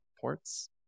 ports